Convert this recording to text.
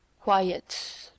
QUIET